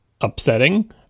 upsetting